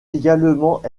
également